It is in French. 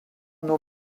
nos